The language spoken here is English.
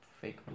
fake